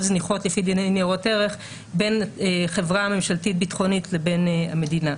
זניחות לפי דיני ניירות ערך בין חברה ממשלתית ביטחונית לבין המדינה.